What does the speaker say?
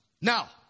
Now